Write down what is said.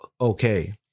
okay